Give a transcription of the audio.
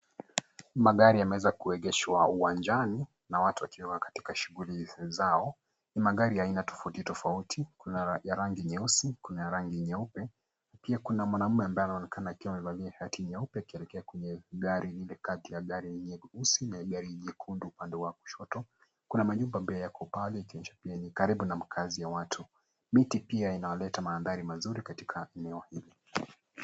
Magari yameweza kuegeshwa uwanjani na watu wakiwa katika shughuli zao. Ni magari ya aina tofauti tofauti kuna ya rangi nyeusi kuna ya rangi nyeupe pia kuna mwanaume ambaye anaonekana akiwa amevalia shati nyeupe akielekea kwenye gari lile kati ya gari nyeusi na gari nyekundu upande wa kushoto. Kuna manyumba ambayo yako pale karibu na makazi ya watu. Miti pia inayoleta mandhari mazuri katika eneo hili.